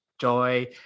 Joy